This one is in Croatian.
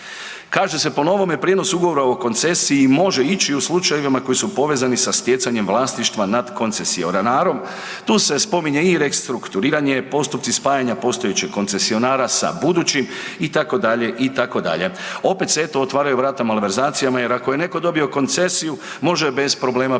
Kaže se po novome prijenos ugovora o koncesiji može ići i u slučajevima koji su povezani sa stjecanjem vlasništva nad koncesionarom. Tu se spominje i restrukturiranje, postupci spajanja postojećeg koncesionara sa budućim itd., itd. Opet se eto otvaraju vrata malverzacijama jer ako je neko dobio koncesiju može je bez problema prenijeti